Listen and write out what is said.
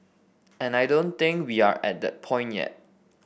and I don't think we are at that point yet